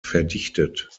verdichtet